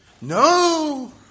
No